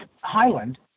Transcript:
Highland